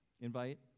invite